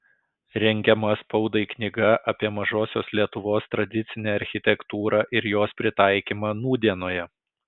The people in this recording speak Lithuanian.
rengiama spaudai knyga apie mažosios lietuvos tradicinę architektūrą ir jos pritaikymą nūdienoje